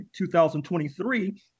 2023